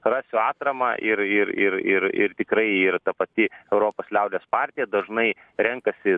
rasiu atramą ir ir ir ir ir tikrai ir ta pati europos liaudies partija dažnai renkasi